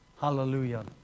Hallelujah